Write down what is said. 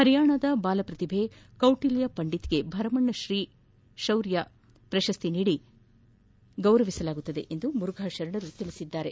ಹರ್ಯಾಣದ ಬಾಲಪ್ರತಿಭೆ ಕೌಟಿಲ್ಯ ಪಂಡಿತ್ ಗೆ ಭರಮಣ್ಣ ಶೌರ್ಯ ಪ್ರಶಸ್ತಿ ನೀಡಿ ಗೌರವಿಸಲಾಗುವುದು ಎಂದು ಮುರುಘಾ ಶರಣರು ತಿಳಿಸಿದರು